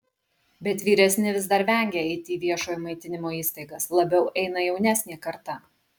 bet vyresni vis dar vengia eiti į viešojo maitinimo įstaigas labiau eina jaunesnė karta